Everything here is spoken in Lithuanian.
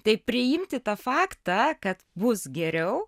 tai priimti tą faktą kad bus geriau